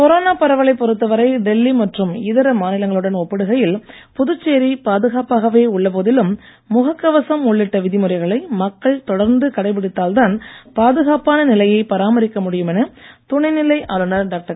corona பரவலைப் பொறுத்த வரை டெல்லி மற்றும் இதர மாநிலங்களுடன் ஒப்பிடுகையில் புதுச்சேரி பாதுகாப்பாகவே உள்ள போதிலும் முகக் கவசம் உள்ளிட்ட விதிமுறைகளை மக்கள் தொடர்ந்து கடைப் பிடித்தால்தான் பாதுகாப்பான நிலையை பராமரிக்க முடியும் என துணைநிலை ஆளுனர் டாக்டர்